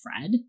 Fred